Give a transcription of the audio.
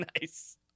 Nice